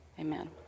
Amen